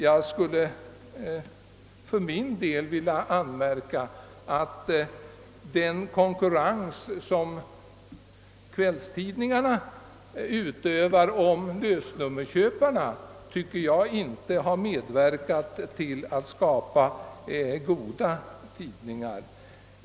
Jag skulle för min del vilja anmärka att den konkurrens, som kvällstidningarna utövar om lösnummerköparna, inte har medverkat till att höja standarden och skapa goda tidningar.